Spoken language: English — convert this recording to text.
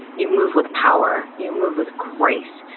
you move with power, you move with grace,